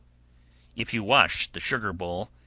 if you wash the sugar-bowl,